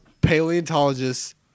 paleontologists